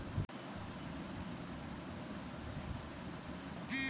मोसंबी पिकावरच्या फळं काढनीच्या वेळी गारपीट झाली त काय कराव?